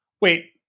Wait